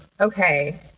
Okay